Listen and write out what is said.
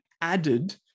added